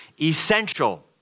essential